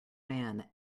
man